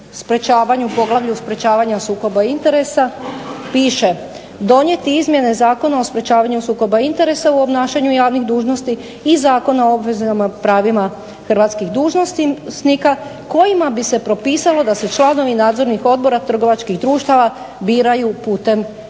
poglavlju sprečavanja sukoba interesa piše "Donijeti izmjene Zakona o sprečavanju sukoba interesa u obnašanju javnih dužnosti i Zakona o obveznim pravima hrvatskih dužnosnika kojima bi se propisalo da se članovi nadzornih odbora trgovačkih društava biraju putem javnih